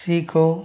सीखो